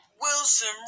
Wilson